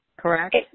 Correct